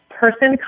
person